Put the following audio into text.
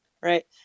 right